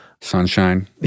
Sunshine